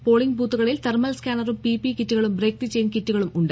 polling ബൂത്തുകളിൽ thermal സ്കാനറും P P E കിറ്റുകളും ബ്രേക്ക് ദി ചെയിൻ കിറ്റുകളും ഉണ്ട്